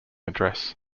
address